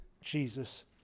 Jesus